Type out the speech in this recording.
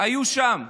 היו שם.